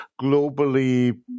Globally